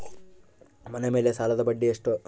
ಮನೆ ಮೇಲೆ ಸಾಲದ ಬಡ್ಡಿ ಎಷ್ಟು?